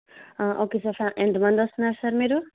okay sir స్ ఎంతమంది వస్తున్నారు సార్ మీరు